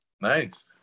Nice